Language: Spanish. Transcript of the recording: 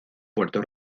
puerto